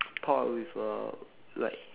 pot with a like